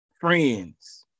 friends